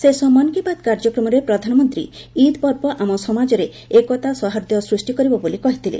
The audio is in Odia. ଶେଷ ମନ୍ କି ବାତ୍ କାର୍ଯ୍ୟକ୍ରମରେ ପ୍ରଧାନମନ୍ତ୍ରୀ ଇଦ୍ ପର୍ବ ଆମ ସମାଜର ଏକତା ସୌହାର୍ଦ୍ଧ୍ୟ ସୃଷ୍ଟି କରିବ ବୋଲି କହିଥିଲେ